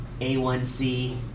A1C